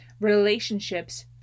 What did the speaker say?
relationships